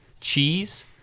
cheese